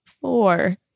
four